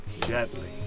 gently